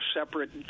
separate